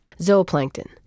Zooplankton